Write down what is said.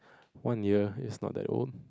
one year is not that old